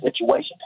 situation